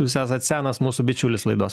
jūs esat senas mūsų bičiulis laidos